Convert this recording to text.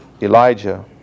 Elijah